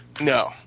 no